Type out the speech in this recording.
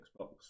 xbox